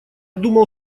думал